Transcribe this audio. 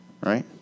right